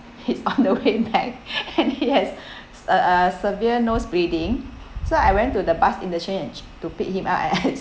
he's on the way back and he has uh uh severe nose bleeding so I went to the bus interchange to pick him up and I